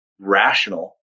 Rational